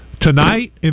tonight